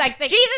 Jesus